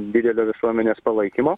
didelio visuomenės palaikymo